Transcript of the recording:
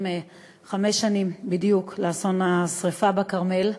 חמש שנים בדיוק לאסון השרפה בכרמל,